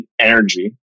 energy